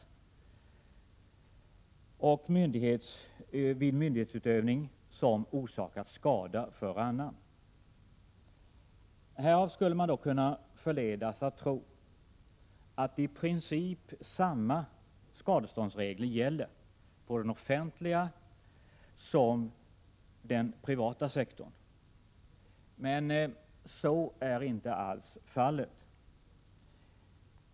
Dessutom föreligger skadeståndsansvar vid myndighetsutövning som orsakat skada för annan. Härav skulle man kunna förledas att tro att i princip samma skadeståndsregler gäller för den offentliga och den privata sektorn, men så är inte alls fallet.